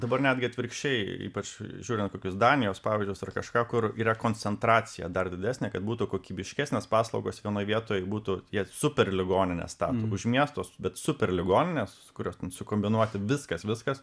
dabar netgi atvirkščiai ypač žiūrint kokius danijos pavyzdžius ar kažką kur yra koncentracija dar didesnė kad būtų kokybiškesnės paslaugos vienoj vietoj būtų ties super ligonines ten už miestus bet super ligoninės kurios sukombinuoti viskas viskas